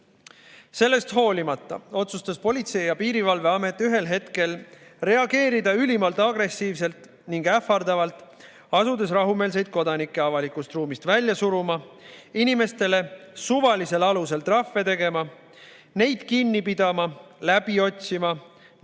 Sellest hoolimata otsustas Politsei‑ ja Piirivalveamet ühel hetkel reageerida ülimalt agressiivselt ning ähvardavalt, asudes rahumeelseid kodanikke avalikust ruumist välja suruma, inimestele suvalisel alusel trahve tegema, neid kinni pidama, läbi otsima, neilt